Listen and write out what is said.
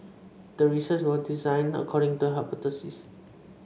the research was designed according to the hypothesis